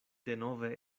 denove